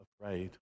afraid